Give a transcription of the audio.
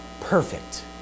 perfect